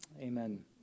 Amen